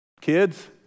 kids